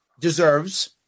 deserves